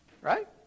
Right